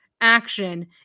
action